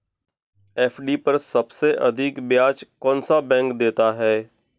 FD पर सबसे अधिक ब्याज कौन सा बैंक देता है?